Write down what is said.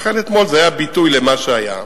לכן אתמול זה היה ביטוי למה שהיה.